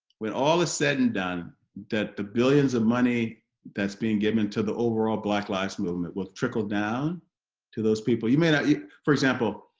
when all is said and done that the billions of money that's being given to the overall black lives movement will trickle down to those people you may not for example